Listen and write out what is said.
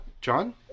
John